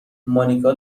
مانیکا